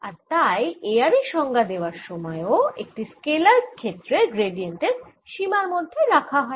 আর তাই A r এর সংজ্ঞা দেওয়ার সময় একটি স্কেলার ক্ষেত্রের গ্র্যাডিয়েন্টের সীমার মধ্যে রাখা হয়